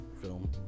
film